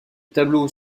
tableau